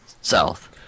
South